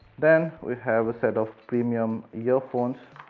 then we have a set of premium earphones